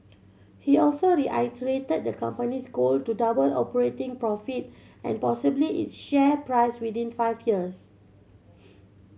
he also reiterated the company's goal to double operating profit and possibly its share price within five years